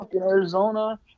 Arizona